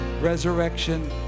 resurrection